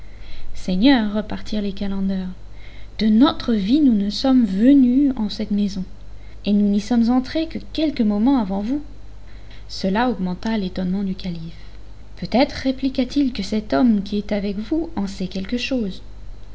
seigneur repartirent les calenders de notre vie nous ne sommes venus en cette maison et nous n'y sommes entrés que quelques moments avant vous cela augmenta l'étonnement du calife peut-être répliqua-t-il que cet homme qui est avec vous en sait quelque chose